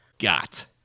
got